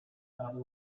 travel